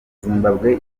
zimbabwe